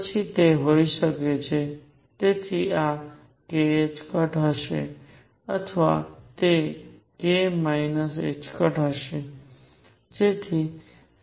પછી તે હોઈ શકે છે તેથી આ k હશે અથવા તે k ℏ હશે